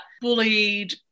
bullied